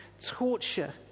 torture